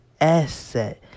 asset